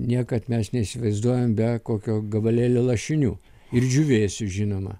niekad mes neįsivaizduojame be kokio gabalėlio lašinių ir džiūvėsių žinoma